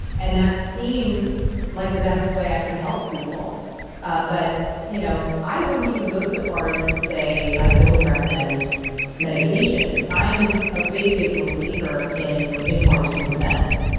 and that seemed like the best way i could help people ah but you know i wouldn't even go so far as to say i don't recommend medications. i'm a big big believer in informed consent.